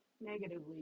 negatively